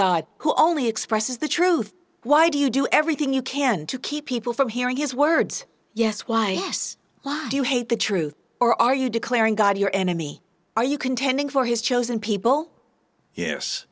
who only expresses the truth why do you do everything you can to keep people from hearing his words yes why yes why do you hate the truth or are you declaring god your enemy are you contending for his chosen people yes